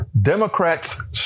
democrats